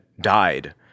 died